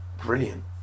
brilliant